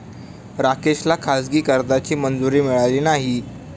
राकेशला खाजगी कर्जाची मंजुरी मिळाली नाही